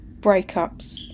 breakups